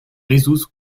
jesús